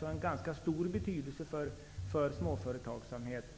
Verksamheten har ganska stor betydelse för småföretagsamheten